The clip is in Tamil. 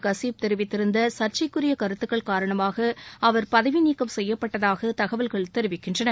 ஹசீப் தெரிவித்திருந்த சர்ச்சைக்குரிய கருத்துக்கள் காரணமாக அவர் பதவி நீக்கம் செய்யப்பட்டதாக தகவல்கள் தெரிவிக்கின்றன